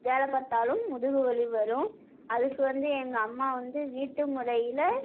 வேலை பார்த்தாலும் முதுகு வலி வரும் அதுக்கு வந்து எங்கம்மா வந்து வீட்டு முறையில்